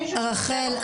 אז רחל,